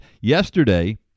yesterday